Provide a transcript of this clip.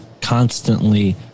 constantly